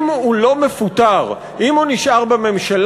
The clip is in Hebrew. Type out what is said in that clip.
אם הוא לא מפוטר, אם הוא נשאר בממשלה,